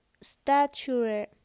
stature